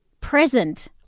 present